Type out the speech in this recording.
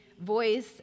voice